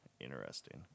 interesting